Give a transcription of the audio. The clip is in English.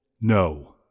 No